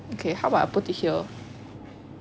okay how about I put it here